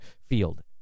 field